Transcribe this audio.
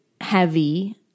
heavy